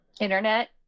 internet